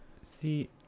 See